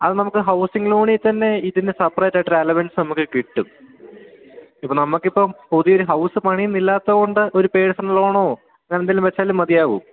അത് നമുക്ക് ഹൗസിങ് ലോണില് തന്നെ ഇതിന് സെപറേറ്റായിട്ട് ഒരു അലവെൻസ് നമുക്ക് കിട്ടും ഇപ്പം നമുക്കിപ്പം പുതിയൊരു ഹൗസ് പണിയുന്നില്ലാത്തതുകൊണ്ട് ഒരു പേർസണൽ ലോണോ അങ്ങനെ എന്തെങ്കിലും വെച്ചാലും മതിയാകും